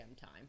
time